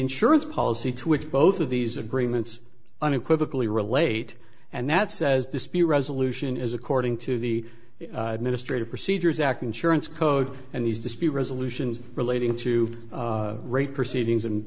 insurance policy to which both of these agreements unequivocally relate and that says dispute resolution is according to the administrative procedures act insurance code and these dispute resolutions relating to rate proceedings and